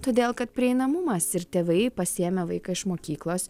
todėl kad prieinamumas ir tėvai pasiėmę vaiką iš mokyklos